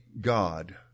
God